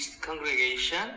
congregation